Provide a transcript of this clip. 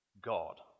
God